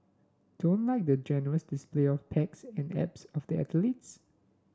don't like the gorgeous display of pecs and abs of the athletes